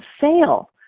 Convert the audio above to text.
fail